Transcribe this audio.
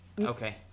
Okay